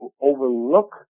overlook